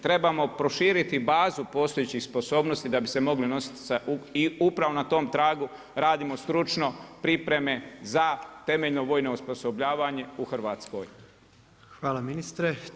Trebamo proširiti bazu postojećih sposobnosti da bi se mogli nositi i upravo na tom tragu radimo stručno pripreme za temeljno vojno osposobljavanje u Hrvatskoj.